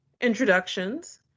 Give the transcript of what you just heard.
Introductions